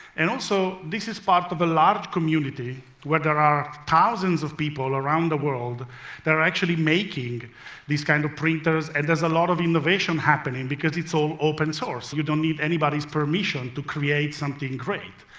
and also this is part of a large community where there are thousands of people around the world that are actually making these kinds of printers, and there's a lot of innovation happening because it's all open-source. you don't need anybody's permission to create something great.